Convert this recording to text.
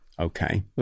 okay